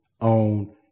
own